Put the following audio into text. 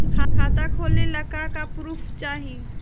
खाता खोलले का का प्रूफ चाही?